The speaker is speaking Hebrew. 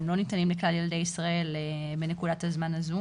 הם לא ניתנים לכלל ילדי ישראל מנקודת הזמן הזו.